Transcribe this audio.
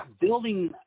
building